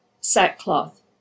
sackcloth